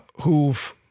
who've